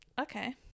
Okay